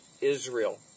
Israel